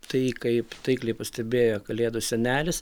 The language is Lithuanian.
tai kaip taikliai pastebėjo kalėdų senelis